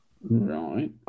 Right